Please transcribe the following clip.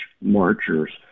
marchers